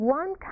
one